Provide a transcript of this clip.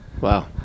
wow